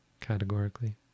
categorically